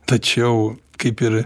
tačiau kaip ir